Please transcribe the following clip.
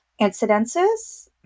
incidences